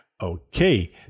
Okay